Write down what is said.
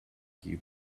give